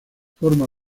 forma